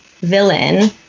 villain